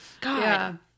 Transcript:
God